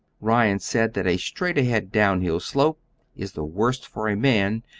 ryan said that a straight-ahead downhill slope is the worst for a man,